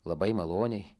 labai maloniai